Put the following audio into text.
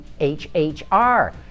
HHR